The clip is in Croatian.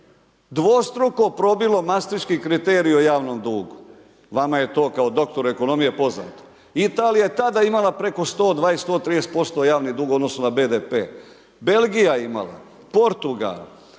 dvostruko probilo mastriški kriterij o javnom dugu. Vama je to kao doktor ekonomije poznato. Italija je tada imala preko 120, 130% javni dug u odnosu na BDP. Belgija je imala, Portugal i